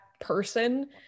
person